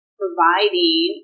providing